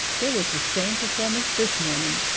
there was the same performance this morning,